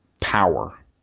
power